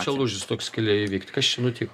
čia lūžis toks galėjo įvykt kas čia nutiko